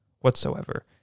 Whatsoever